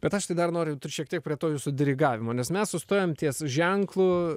bet aš tai dar noriu dar šiek tiek prie to jūsų dirigavimo nes mes sustojom ties ženklu